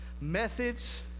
methods